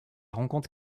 rencontre